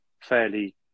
fairly